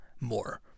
more